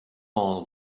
all